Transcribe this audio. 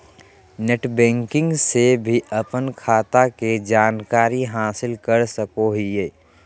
net banking से भी अपन खाता के जानकारी हासिल कर सकोहिये